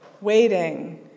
waiting